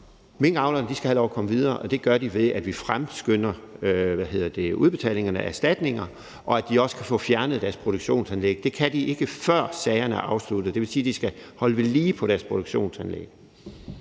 Minkavlerne skal have lov at komme videre, og det gør de, ved at vi fremskynder udbetalingerne af erstatninger, og at de også kan få fjernet deres produktionsanlæg. Det kan de ikke, før sagerne er afsluttet, og det vil så sige, at de skal holde deres produktionsanlæg